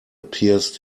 pierced